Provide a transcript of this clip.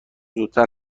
زودتر